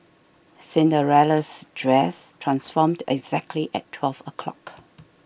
Cinderella's dress transformed exactly at twelve o'clock